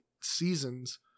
seasons